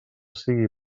sigui